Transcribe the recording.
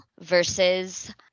versus